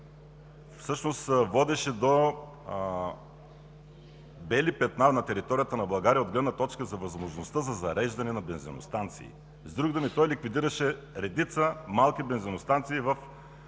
всъщност водеше до бели петна на територията на България от гледна точка на възможността за зареждане на бензиностанции. С други думи, той ликвидираше редица малки бензиностанции в